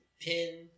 Pin